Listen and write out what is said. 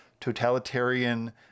totalitarian